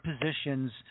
positions